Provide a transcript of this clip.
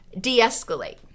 de-escalate